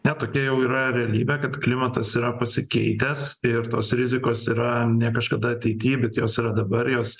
ne tokia jau yra realybė kad klimatas yra pasikeitęs ir tos rizikos yra ne kažkada ateity bet jos yra dabar jos